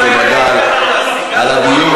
תודה לחברי הכנסת קיש ומגל על הדיון